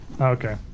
Okay